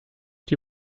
die